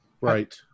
Right